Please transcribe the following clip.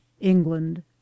england